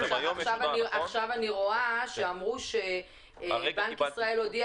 עכשיו אני רואה שאמרו שבנק ישראל הודיע